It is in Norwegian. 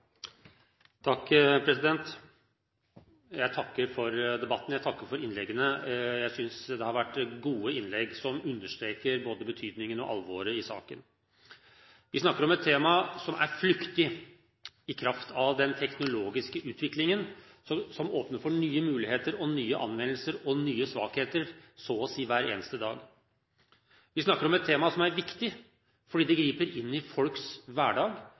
Jeg takker for debatten og for innleggene. Jeg synes det har vært gode innlegg som understreker både betydningen av og alvoret i saken. Vi snakker om et tema som er flyktig, i kraft av den teknologiske utviklingen som åpner for nye muligheter, nye anvendelser og nye svakheter så å si hver eneste dag. Vi snakker om et tema som er viktig, fordi det griper inn i folks hverdag,